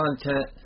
content